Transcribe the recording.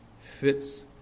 fits